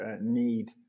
need